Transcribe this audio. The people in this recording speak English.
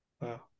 Wow